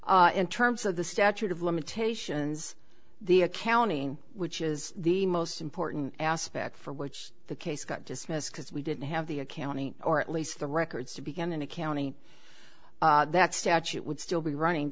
in terms of the statute of limitations the accounting which is the most important aspect for which the case got dismissed because we didn't have the accounting or at least the records to begin in a county that statute would still be running